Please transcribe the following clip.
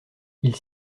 ils